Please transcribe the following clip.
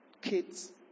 kids